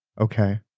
Okay